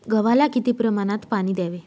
गव्हाला किती प्रमाणात पाणी द्यावे?